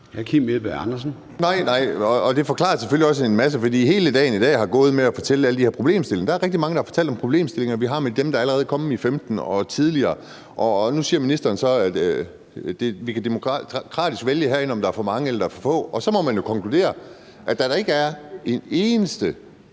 Kim Edberg Andersen (NB): Nej, nej, og det forklarer selvfølgelig også en masse. For hele dagen i dag er gået med at fortælle om alle de her problemstillinger. Der er rigtig mange, der har fortalt om de problemstillinger, vi har med dem, der allerede er kommet, i 2015 og tidligere. Nu siger ministeren så, at vi herinde demokratisk kan vælge, om der er for mange eller få, og så må man jo konkludere, da vi ikke kan få en eneste